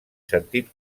sentit